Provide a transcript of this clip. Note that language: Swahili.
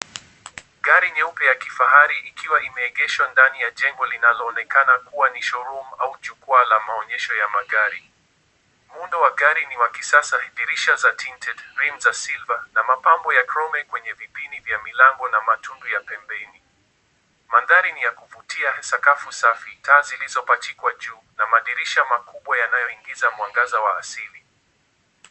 Gari nyeupe ya kifahari ikiwa imeegeshwa ndani ya jengo linaloonekana kuwa ni showroom au jukwaa la maonyesho ya magari. Muundo wa gari ni wa kisasa, dirisha za tinted, rim za silver , na mapambo ya chrome kwenye vipini vya milango na matundu ya pembeni. Mandhari ni ya kuvutia, sakafu safi, taa zilizopachikwa juu, na madirisha makubwa yanayoingiza mwangaza wa asili.